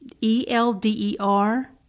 E-L-D-E-R